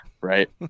right